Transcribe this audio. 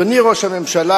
אדוני ראש הממשלה,